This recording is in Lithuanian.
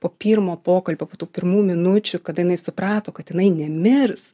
po pirmo pokalbio po tų pirmų minučių kada jinai suprato kad jinai nemirs